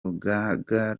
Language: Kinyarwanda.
rugaga